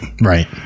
Right